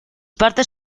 partes